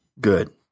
Good